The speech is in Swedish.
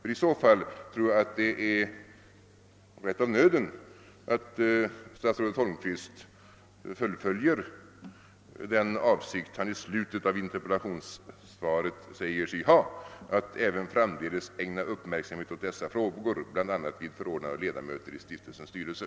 I så fall tror jag det är rätt mycket av nöden att statsrådet Holmqvist fullföljer den avsikt han i slutet av interpellationssvaret säger sig ha, nämligen »att även framdeles ägna uppmärksamhet åt dessa frågor bl.a. vid förordnande av ledamöter i stiftelsens styrelse».